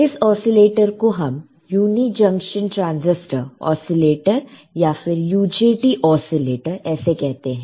इस ओसीलेटर को हम यूनी जंक्शन ट्रांसिस्टर ओसीलेटर या फिर UJT ओसीलेटर ऐसे कहते हैं